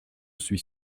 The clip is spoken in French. suis